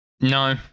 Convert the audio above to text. no